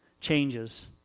changes